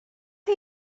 chi